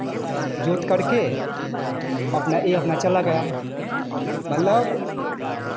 जोत करके अपना ये अपना चला गया मतलब